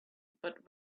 but